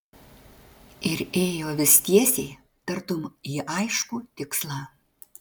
ir ėjo vis tiesiai tartum į aiškų tikslą